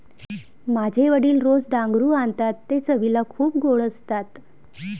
माझे वडील रोज डांगरू आणतात ते चवीला खूप गोड असतात